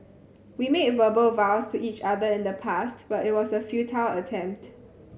we made verbal vows to each other in the past but it was a futile attempt